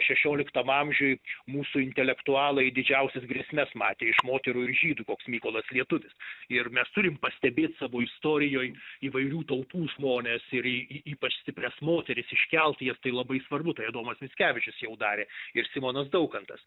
šešioliktam amžiuj mūsų intelektualai didžiausias grėsmes matė iš moterų ir žydų koks mykolas lietuvis ir mes turim pastebėt savo istorijoj įvairių tautų žmones ir y ypač stiprias moteris iškelt jas tai labai svarbu tai adomas mickevičius jau darė ir simonas daukantas